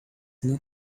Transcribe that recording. not